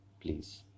please